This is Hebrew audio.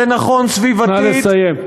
זה נכון סביבתית, נא לסיים.